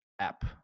app